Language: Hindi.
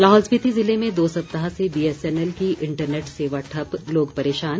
लाहौल स्पीति ज़िले में दो सप्ताह से बीएसएनएल की इंटरनेट सेवा ठप्प लोग परेशान